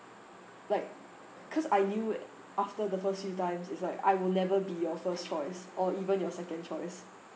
like cause I knew after the first few times it's like I will never be your first choice or even your second choice